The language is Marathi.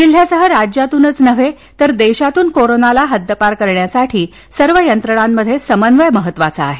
जिल्ह्यासह राज्यातूनच नव्हे तर देशातून कोरोनाला हद्दपार करण्यासाठी सर्व यंत्रणांमध्ये समन्वय महत्वाचा आहे